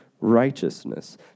righteousness